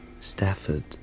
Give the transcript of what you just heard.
Stafford